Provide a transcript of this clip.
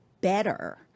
better